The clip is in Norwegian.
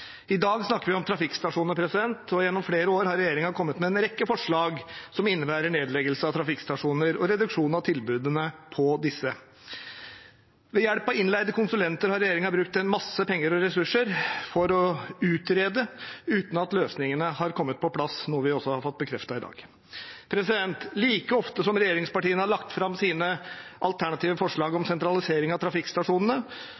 I dag snakker vi om trafikkstasjoner. Gjennom flere år har regjeringen kommet med en rekke forslag som innebærer nedleggelse av trafikkstasjoner og reduksjon av tilbudene hos disse. Ved hjelp av innleide konsulenter har regjeringen brukt masse penger og ressurser på å utrede uten at løsningene har kommet på plass, noe vi også har fått bekreftet i dag. Like ofte som regjeringspartiene har lagt fram sine alternative forslag